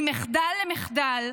ממחדל למחדל,